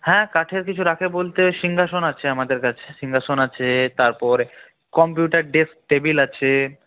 হ্যাঁ কাঠের কিছু রাখে বলতে সিংহাসন আছে আমাদের কাছে সিংহাসন আছে তারপর কম্পিউটর ডেস্ক টেবল আছে